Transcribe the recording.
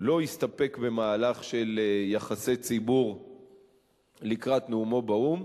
לא הסתפק במהלך של יחסי ציבור לקראת נאומו באו"ם,